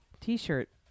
t-shirt